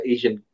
Asian